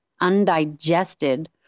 undigested